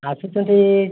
ଆସୁଛନ୍ତି